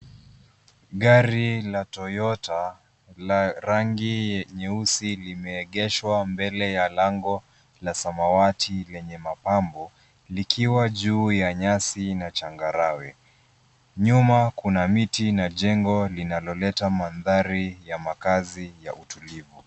Gari la Toyota la rangi nyeusi limeengeshwa mbele ya lango la samawati lenye mapambo, likiwa juu ya nyasi na changarawe. Nyuma kuna miti na jengo linaloleta mandhari ya makazi ya utulivu.